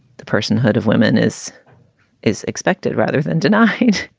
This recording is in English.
the personhood of women is is expected rather than denied.